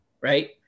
Right